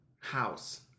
house